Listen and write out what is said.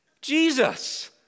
Jesus